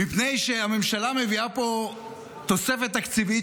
מפני שהממשלה מביאה פה תוספת תקציבית,